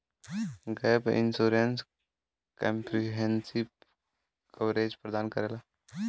gap insurance comprehensive coverage प्रदान करला